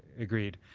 agreed.